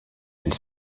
elle